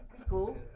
school